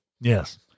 Yes